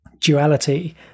duality